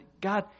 God